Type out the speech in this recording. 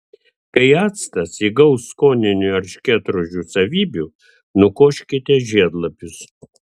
kai actas įgaus skoninių erškėtrožių savybių nukoškite žiedlapius